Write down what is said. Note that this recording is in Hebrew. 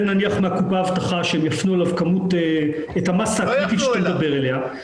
נניח מהקופה הבטחה שהם יפנו אליו את המסה הקריטית שאתה מדבר עליה,